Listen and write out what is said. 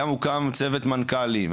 היה מוקם צוות מנכ"לים,